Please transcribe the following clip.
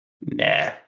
Nah